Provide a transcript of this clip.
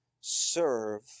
Serve